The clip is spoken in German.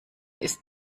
ist